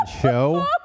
show